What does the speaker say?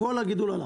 כל הגידול הלך.